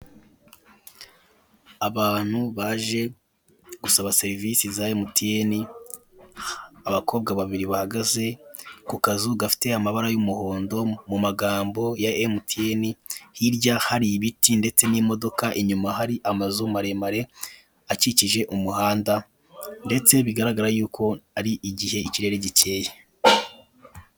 Abantu baje gusaba serivise za emutiyeni abakobwa babiri bahagaze ku kazu gafite amabara y'umuhondo mu magambo ya emutiyeni, hirya hari ibiti ndetse n'imodoka inyuba hari amazu maremare akikije umuhanda ndetse bigaragara yuko ari igihe ikirere gikeye.